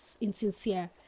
insincere